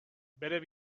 beren